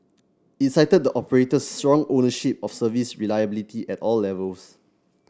it cited the operator's strong ownership of service reliability at all levels